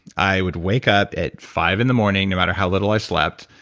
i would wake up at five in the morning no matter how little i slept,